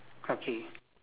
okay